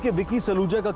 yeah vicky saluja.